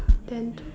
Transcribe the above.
then